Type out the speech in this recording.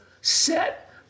set